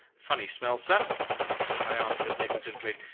funny smell, sir i answered negligently,